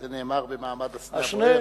זה נאמר במעמד הסנה הבוער.